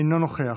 אינו נוכח,